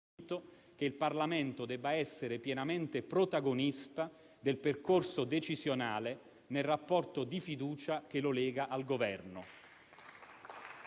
che il Parlamento debba essere pienamente protagonista del percorso decisionale nel rapporto di fiducia che lo lega al Governo.